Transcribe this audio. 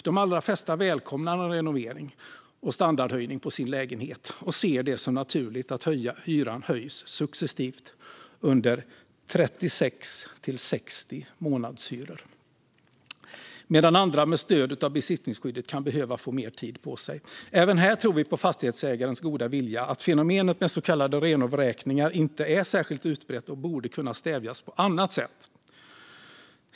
De allra flesta välkomnar en renovering och standardhöjning på sin lägenhet och ser det som naturligt att hyran höjs successivt under 36-60 månadshyror. Andra kan, med stöd av besittningsskyddet, behöva få mer tid på sig. Även här tror vi på fastighetsägarens goda vilja och att fenomenet med så kallade renovräkningar inte är särskilt utbrett och borde kunna stävjas på annat sätt.